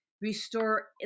Restore